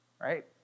right